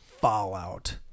Fallout